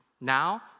Now